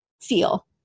feel